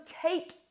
take